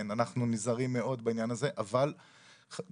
אנחנו נזהרים מאוד בעניין הזה, גם